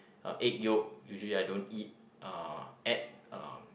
uh egg yolk usually I don't eat uh add uh